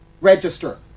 register